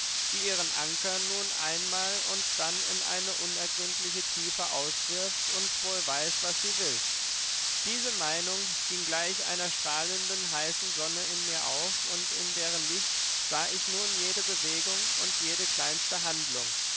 die ihren anker nur einmal und dann in eine unergründliche tiefe auswirft und wohl weiß was sie will diese meinung ging gleich einer strahlenden heißen sonne in mir auf und in deren licht sah ich nun jede bewegung und jede kleinste handlung